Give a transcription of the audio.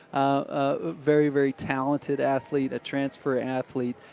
ah very, very talented athlete. a transfer athlete.